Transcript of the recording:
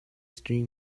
three